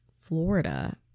Florida